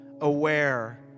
aware